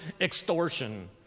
extortion